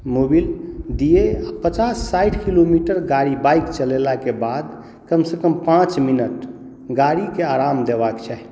Mobil दिए पचास साठि किलोमीटर गाड़ी बाइक चलेलाके बाद कमसँ कम पाँच मिनट गाड़ीके आराम देबाक चाही